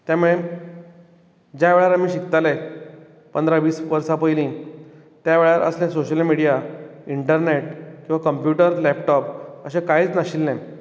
त्यामुळे ज्या वेळार आमी शिकताले पंदरा वीस वर्सां पयलीं त्या वेळार असले सोशल मिडिया इंटरनेट किंवा कंप्युटर लॅपटॉप अशें कांयच नाशिल्लें